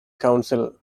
council